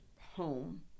home